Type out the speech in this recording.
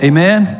Amen